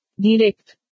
Direct